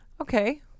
Okay